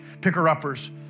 picker-uppers